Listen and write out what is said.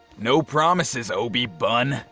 no promises obie bun.